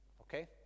okay